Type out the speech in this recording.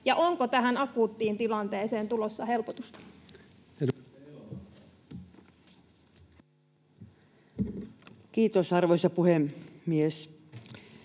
ja onko tähän akuuttiin tilanteeseen tulossa helpotusta? Edustaja Elomaa,